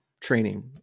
training